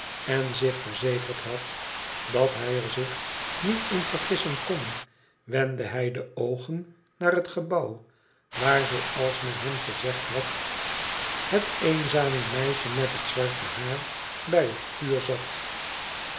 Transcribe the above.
en zich verzekerd had dat hij er zich niet m vergissen kon wendde hij de ooen naar het gebouw waar zooals men hem gezegd had het eenzame meisje met het zwarte haar bij het vuur zat